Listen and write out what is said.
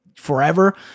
Forever